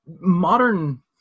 modern